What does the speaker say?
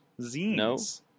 Zines